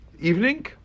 evening